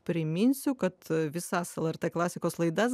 priminsiu kad visas lrt klasikos laidas